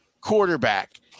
quarterback